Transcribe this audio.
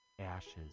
ashes